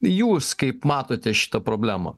jūs kaip matote šitą problemą